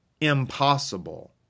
impossible